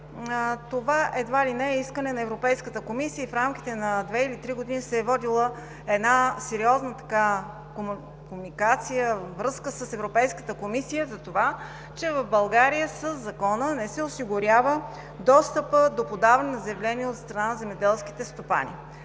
това, едва ли не, е искане на Европейската комисия и в рамките на две или три години се е водила една сериозна комуникация с Европейската комисия във връзка с това, че в България със Закона не се осигурява достъпът до подаване на заявления от страна на земеделските стопани.